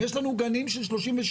אם יש לנו גנים של 36,